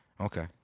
Okay